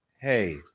hey